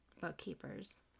bookkeepers